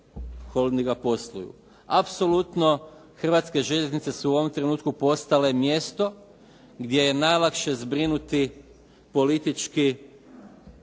holdinga posluju. Apsolutno Hrvatske željeznice su u ovom trenutku postale mjesto gdje je najlakše zbrinuti politički